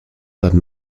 dann